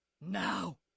Now